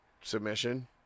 submission